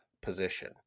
position